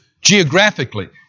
geographically